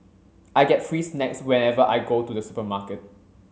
I get free snacks whenever I go to the supermarket